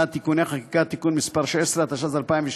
החוק, יש לנו זמן.